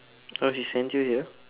oh he sent you here